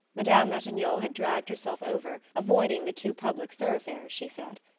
madame ratignolle had dragged herself over, avoiding the too public thoroughfares, she said.